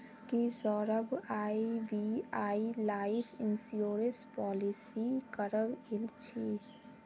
की Saurabh SBI life insurance policy करवइल छि